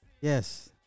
Yes